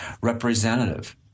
representative